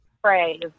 phrase